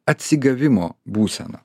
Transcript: atsigavimo būsena